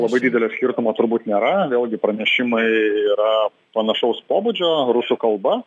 labai didelio skirtumo turbūt nėra vėlgi pranešimai yra panašaus pobūdžio rusų kalba